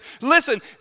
listen